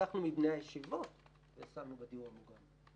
לקחנו מבני הישיבות ונתנו לדיור המוגן.